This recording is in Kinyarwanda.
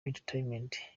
entertainment